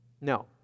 No